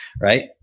Right